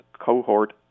cohort